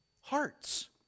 hearts